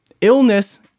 illness